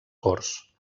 corts